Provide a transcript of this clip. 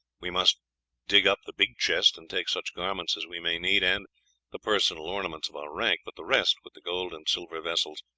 we must dig up the big chest and take such garments as we may need, and the personal ornaments of our rank but the rest, with the gold and silver vessels,